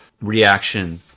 reaction